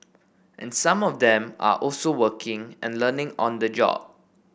and some of them are also working and learning on the job